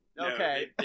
Okay